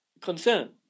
concern